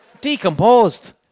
decomposed